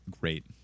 great